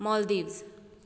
Maldives